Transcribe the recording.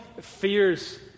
fears